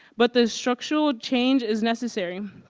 but the structural change is necessary.